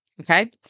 okay